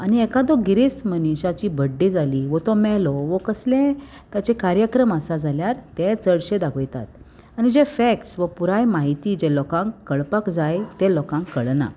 आनी एकादो गिरेस्त मनिशाची बड्डे जाली वो तो मेलो वो कसलेय ताचे कार्यक्रम आसा जाल्यार ते चडशे दाखयतात आनी जे फॅक्ट्स हो पुराय म्हायती जे लोकांक कळपाक जाय ते लोकांक कळना